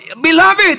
Beloved